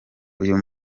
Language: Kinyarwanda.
uyu